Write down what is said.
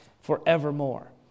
forevermore